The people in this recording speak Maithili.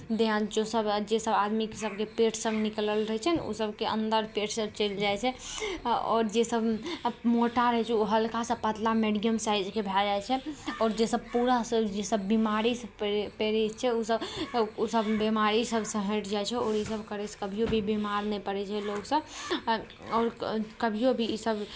देह हाथ सभ जे सभ आदमी सभके पेट सभ निकलल रहै छै ने ओ सभके अन्दर पेट सभ चलि जाइ छै आओर जे सभ मोटा रहै छै ओ हल्का सा पतला मेडियम साइजके भए जाइ छै आओर जे सभ पूरा बीमारीसँ पिड़ित छै ओ सभ ओ सभ बीमारी सभसँ हटि जाइ छै आओर ई सभ करैसँ कभियो भी बीमार नहि पड़ै छै लोक सभ आ आओर कभियो भी ई सभ